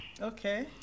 okay